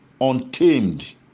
untamed